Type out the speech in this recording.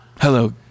Hello